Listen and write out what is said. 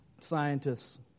scientists